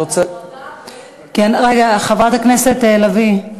ההפרדה בין, רגע, חברת הכנסת לביא.